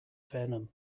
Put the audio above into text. venom